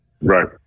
Right